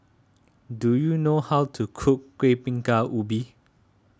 do you know how to cook Kuih Bingka Ubi